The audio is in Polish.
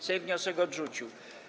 Sejm wniosek odrzucił.